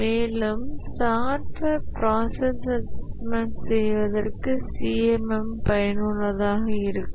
மேலும் software process assessment செய்வதற்கு CMM பயனுள்ளதாக இருக்கும்